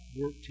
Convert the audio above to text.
work